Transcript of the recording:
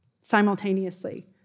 simultaneously